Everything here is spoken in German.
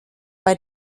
bei